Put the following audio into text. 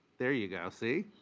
there you go, see.